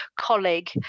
colleague